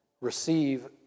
receive